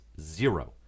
zero